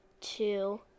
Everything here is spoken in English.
two